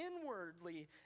inwardly